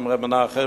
עם ר' מנחם.